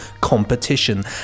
competition